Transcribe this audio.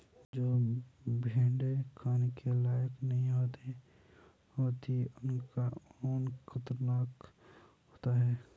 जो भेड़ें खाने के लायक नहीं होती उनका ऊन कतरन होता है